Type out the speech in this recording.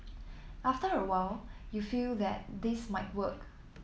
after a while you feel that this might work